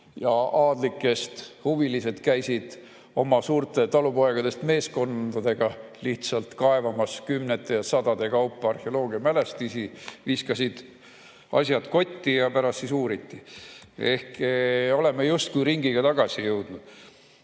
ja aadlikest huvilised käisid oma suurte talupoegadest meeskondadega lihtsalt kaevamas kümnete ja sadade kaupa arheoloogiamälestisi, viskasid asjad kotti ja pärast siis uuriti. Oleme justkui ringiga sinna tagasi jõudnud.